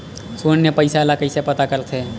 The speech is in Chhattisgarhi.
शून्य पईसा ला कइसे पता करथे?